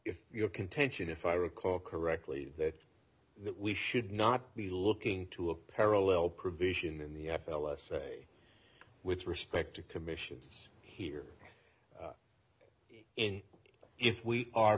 if your contention if i recall correctly that that we should not be looking to a parallel provision in the app l s a with respect to commissions here in if we are